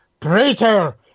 traitor